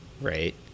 right